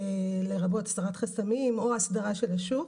לרבות הסרת חסמים או אסדרה של השוק.